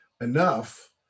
enough